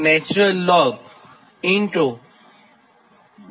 62Ω થાય